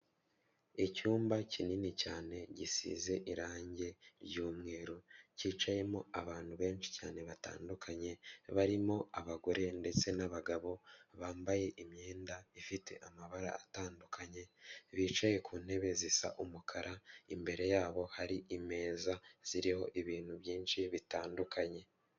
Icyumba kinini cyane gisize irangi ry'umweru, cyicayemo abantu benshi cyane batandukanye, barimo abagore ndetse n'abagabo, bambaye imyenda ifite amabara atandukanye, bicaye ku ntebe zisa umukara, imbere yabo hari imeza ziriho ibintu byinshi bitandukanye.